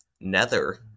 Nether